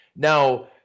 Now